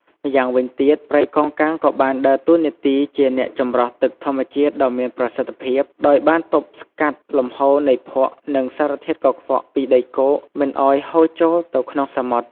ម្យ៉ាងវិញទៀត ព្រៃកោងកាងក៏បានដើរតួនាទីជាអ្នកចម្រោះទឹកធម្មជាតិដ៏មានប្រសិទ្ធភាព ដោយបានទប់ស្កាត់លំហូរនៃភក់ និងសារធាតុកខ្វក់ពីដីគោកមិនឲ្យហូរចូលទៅក្នុងសមុទ្រ។